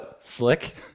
Slick